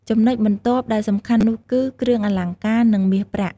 ចំណុចបន្ទាប់ដែលសំខាន់នោះគឺ គ្រឿងអលង្ការ និងមាស ប្រាក់។